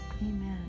Amen